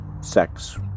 sex